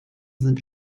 sind